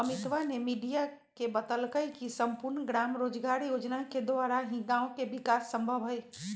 अमितवा ने मीडिया के बतल कई की सम्पूर्ण ग्राम रोजगार योजना के द्वारा ही गाँव के विकास संभव हई